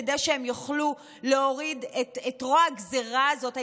כדי שהם יוכלו להוריד את רוע הגזרה הזאת.